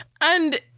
And-